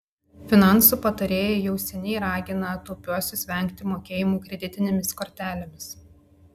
finansų patarėjai jau seniai ragina taupiuosius vengti mokėjimų kreditinėmis kortelėmis